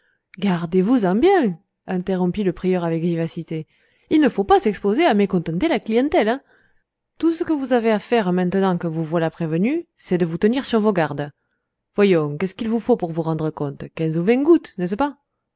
gardez-vous-en bien interrompit le prieur avec vivacité il ne faut pas s'exposer à mécontenter la clientèle tout ce que vous avez à faire maintenant que vous voilà prévenu c'est de vous tenir sur vos gardes voyons qu'est-ce qu'il vous faut pour vous rendre compte quinze ou vingt gouttes n'est-ce pas